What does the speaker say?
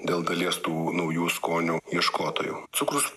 dėl dalies tų naujų skonių ieškotojų cukrus